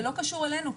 זה לא קשור אלינו.